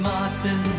Martin